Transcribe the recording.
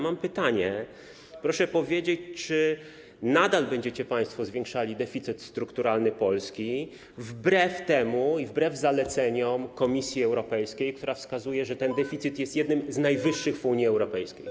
Mam pytanie: Proszę powiedzieć, czy nadal będziecie państwo zwiększali deficyt strukturalny Polski, wbrew zaleceniom Komisji Europejskiej, która wskazuje, że ten deficyt jest jednym z najwyższych w Unii Europejskiej?